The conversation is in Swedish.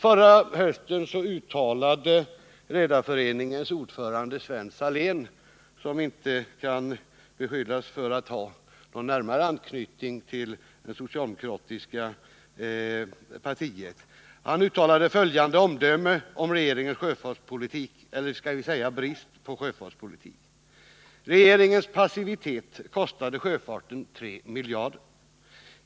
Förra hösten uttalade redarföreningens ordförande Sven Salén, som inte kan beskyllas för att ha någon närmare anknytning till det socialdemokratiska partiet, följande omdöme om regeringens sjöfartspolitik — eller brist på sjöfartspolitik: ”Regeringens passivitet kostade sjöfarten 3 miljarder.